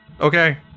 okay